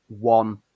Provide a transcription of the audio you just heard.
one